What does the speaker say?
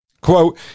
quote